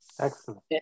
Excellent